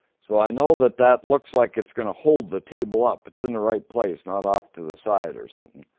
so i know that that looks like it's gonna hold the table up. it's in the right place, not off to the side or something.